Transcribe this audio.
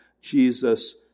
Jesus